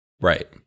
Right